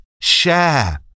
Share